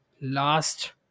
last